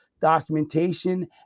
documentation